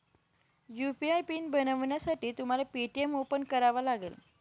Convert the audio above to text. UPI PIN बनवण्यासाठी तुम्हाला Paytm open करावा लागेल